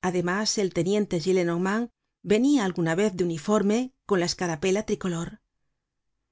además el teniente gillenormand venia alguna vez de uniforme con la escarapela tricolor